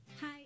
Hi